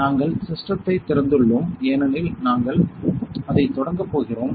நாங்கள் சிஸ்டத்தை திறந்துள்ளோம் ஏனெனில் நாங்கள் அதைத் தொடங்கப் போகிறோம்